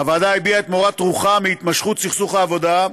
הוועדה הביעה את מורת רוחה מהתמשכות סכסוך העבודה,